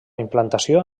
implantació